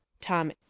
tom